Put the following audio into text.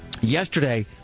yesterday